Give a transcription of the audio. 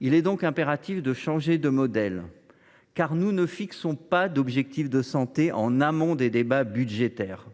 Il est impératif de changer de modèle, car, aujourd’hui, nous ne fixons pas d’objectifs de santé en amont des débats budgétaires.